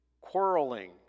quarreling